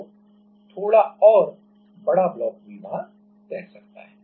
तोथोड़ा और बड़ा ब्लॉक भी वहां तैर सकता है